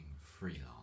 freelance